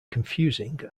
confusing